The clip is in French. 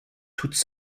toutes